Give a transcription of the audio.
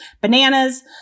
bananas